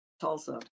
Tulsa